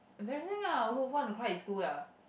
embarrassing lah who want to cry in school ah